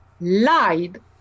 lied